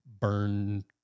burn